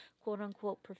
quote-unquote